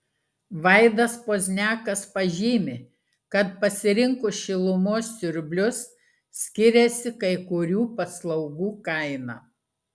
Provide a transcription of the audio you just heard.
vaidas pozniakas pažymi kad pasirinkus šilumos siurblius skiriasi kai kurių paslaugų kaina